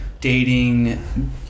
dating